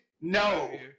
No